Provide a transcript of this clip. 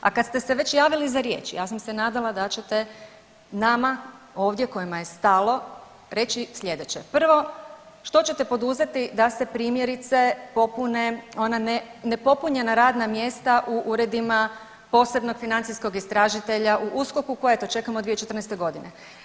A kad ste se već javili za riječ, ja sam se nadala da ćete nama ovdje kojima je stalo reći sljedeće: Prvo što ćete poduzeti da se primjerice popune ona nepopunjena radna mjesta u uredima posebnog financijskog istražitelja u USKOK-u koja eto čekamo od 2014. godine?